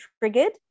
triggered